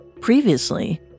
Previously